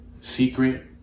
secret